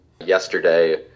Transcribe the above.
yesterday